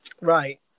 Right